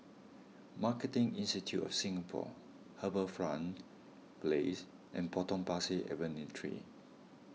Marketing Institute of Singapore HarbourFront Place and Potong Pasir Avenue three